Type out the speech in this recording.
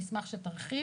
אני אשמח שתרחיב.